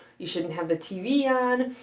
you shouldn't have the tv on.